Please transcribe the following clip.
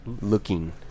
looking